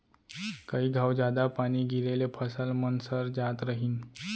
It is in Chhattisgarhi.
कई घौं जादा पानी गिरे ले फसल मन सर जात रहिन